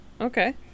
Okay